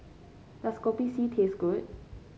does Kopi C taste good